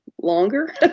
longer